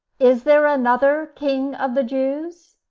is there another king of the jews?